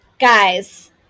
guys